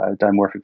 dimorphic